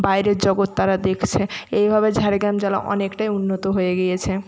বাইরের জগৎ তারা দেখছে এইভাবে ঝাড়গ্রাম জেলা অনেকটাই উন্নত হয়ে গিয়েছে